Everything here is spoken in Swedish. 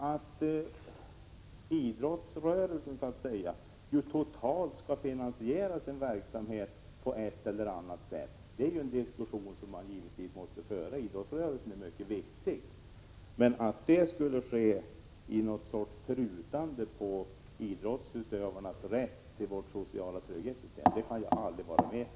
Att idrottsrörelsen skall finansiera sin egen verksamhet på ett eller annat sätt är en mycket viktig fråga som idrottsrörelsen själv måste diskutera. Men att pruta på idrottsutövarnas rätt till social trygghet är något som jag inte kan gå med på.